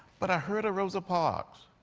but i heard rosa parks,